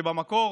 שבמקור